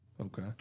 okay